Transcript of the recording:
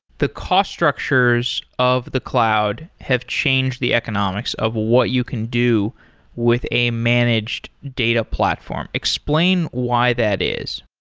the cost structures of the cloud have changed the economics of what you can do with a managed data platform. explain why that is.